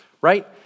right